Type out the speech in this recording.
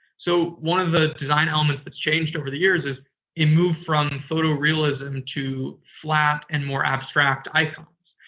so, one of the design elements that's changed over the years is it moved from photo realism to flat and more abstract icons.